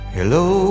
Hello